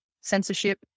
censorship